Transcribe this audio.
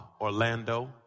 Orlando